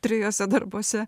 trijuose darbuose